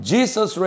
Jesus